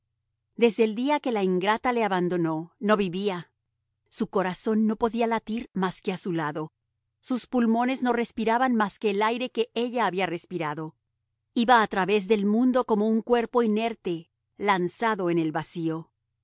desde el día que la ingrata le abandonó no vivía su corazón no podía latir más que a su lado sus pulmones no respiraban más que el aire que ella había respirado iba a través del mundo como un cuerpo inerte lanzado en el vacío